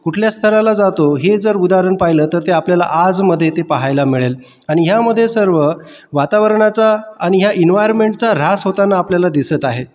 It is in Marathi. कुठल्या स्तराला जातो हे जर उदाहरण पहिलं तर ते आपल्याला आजमध्ये ते पाहायला मिळेल आणि यामध्ये सर्व वातावरणाचा आणि ह्या इन्व्हारमेंटचा ऱ्हास होताना आपल्याला दिसत आहे